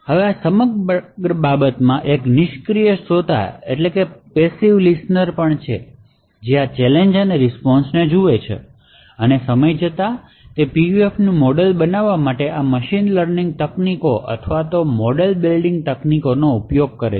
હવે આ સમગ્ર બાબતમાં એક નિષ્ક્રીય શ્રોતા પણ છે જે આ ચેલેંજ અને રીસ્પોન્શને જુએ છે અને સમય જતાં તે PUFનું મોડેલ બનાવવા માટે મશીન લર્નિંગ તકનીકો અથવા મોડેલ બિલ્ડિંગ તકનીકનો ઉપયોગ કરે છે